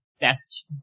best